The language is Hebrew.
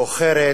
מאוחרת,